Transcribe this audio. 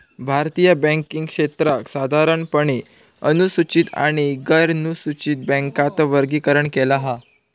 भारतीय बॅन्किंग क्षेत्राक साधारणपणे अनुसूचित आणि गैरनुसूचित बॅन्कात वर्गीकरण केला हा